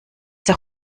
der